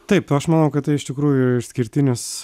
taip aš manau kad tai iš tikrųjų išskirtinis